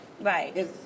Right